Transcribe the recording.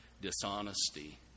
dishonesty